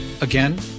Again